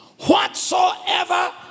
Whatsoever